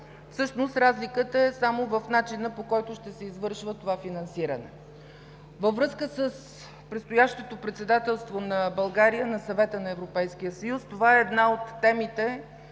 Всъщност разликата е само в начина, по който ще се извършва това финансиране. Във връзка с предстоящото председателство на България на Съвета на Европейския съюз това е една от темите,